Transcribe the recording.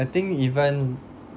I think even